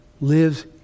lives